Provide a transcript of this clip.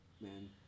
Man